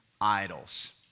idols